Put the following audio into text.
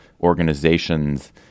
organizations